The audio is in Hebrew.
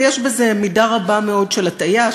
ויש בזה מידה רבה מאוד של הטעיה.